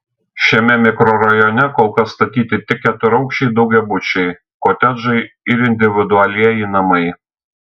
šiame mikrorajone kol kas statyti tik keturaukščiai daugiabučiai kotedžai ir individualieji namai